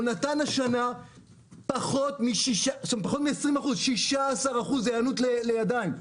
הוא נתן השנה פחות מ-20%, 16% היענות לידיים.